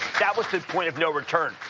that was the point of no return,